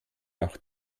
auch